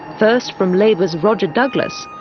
first from labour's roger douglas,